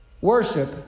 worship